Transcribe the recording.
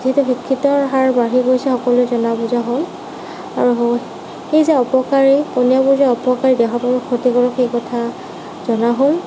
যিহেতু শিক্ষিতৰ হাৰ বাঢ়ি গৈছে সকলো জনা বুজা হৈ আৰু এই যে অপকাৰী পানীয়বোৰ যে অপকাৰী দেহাৰ বাবে ক্ষতিকাৰক সেই কথা জনা হ'ল